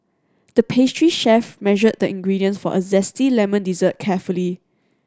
the pastry chef measured the ingredients for a zesty lemon dessert carefully